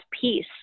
peace